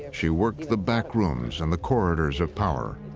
she worked the back rooms and the corridors of power.